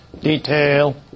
Detail